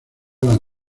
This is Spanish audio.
las